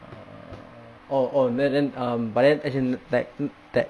err oh oh then then um but then as in like that